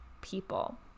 people